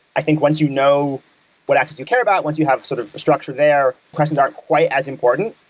i think once you know what answers you care about, once you have sort of a structure there, questions aren't quite as important.